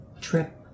trip